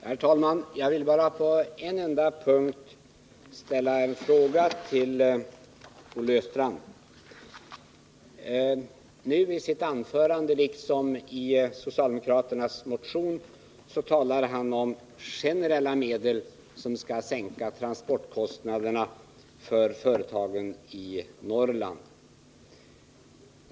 Herr talman! På en enda punkt vill jag ställa några frågor till Olle Östrand. I hans anförande nu liksom i socialdemokraternas motion talas det om generella medel som skall sänka transportkostnaderna för företag i Norrland.